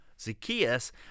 Zacchaeus